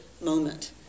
moment